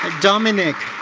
ah domenic,